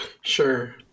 Sure